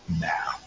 now